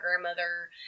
grandmother